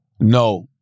No